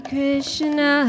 Krishna